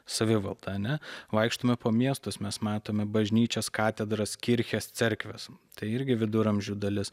savivalda ar ne vaikštome po miestus mes matome bažnyčias katedras kirches cerkves tai irgi viduramžių dalis